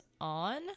On